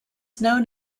known